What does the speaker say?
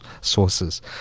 sources